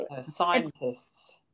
Scientists